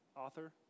author